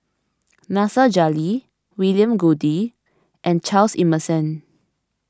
Nasir Jalil William Goode and Charles Emmerson